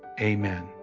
amen